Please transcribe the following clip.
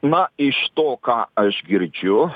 na iš to ką aš girdžiu